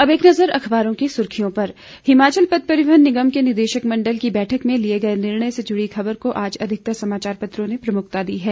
अब एक नजर अखबारों की सुर्खियों पर हिमाचल पथ परिवहन निगम के निदेशक मंडल की बैठक में लिये गए निर्णय से जुड़ी खबर को आज अधिकतर समाचारपत्रों ने प्रमुखता दी है